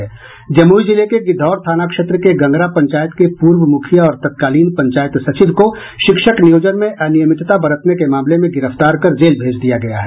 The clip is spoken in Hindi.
जमूई जिले के गिद्वौर थाना क्षेत्र के गंगरा पंचायत के पूर्व मूखिया और तत्कालीन पंचायत सचिव को शिक्षक नियोजन में अनियमितता बरतने के मामले में गिरफ्तार कर जेल भेज दिया गया है